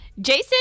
jason